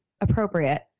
appropriate